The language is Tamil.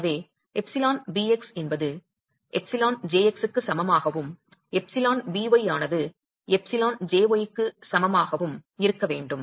எனவே εbx என்பது εjx க்கு சமமாகவும் εby ஆனது εjy க்கு சமமாகவும் இருக்க வேண்டும்